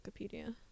Wikipedia